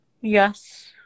Yes